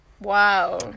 wow